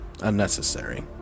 Unnecessary